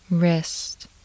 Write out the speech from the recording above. Wrist